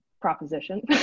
proposition